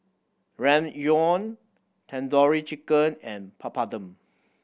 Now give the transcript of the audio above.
Ramyeon Tandoori Chicken and Papadum